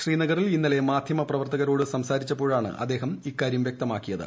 ശ്രീനഗറിൽ ഇന്നലെ മാധ്യമ പ്രവർത്തകരോട് സംസാരിച്ചപ്പോഴാണ് അദ്ദേഹം ഇക്കാര്യം വ്യക്തമാക്കിയത്